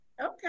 Okay